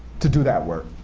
to do that work,